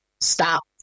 stop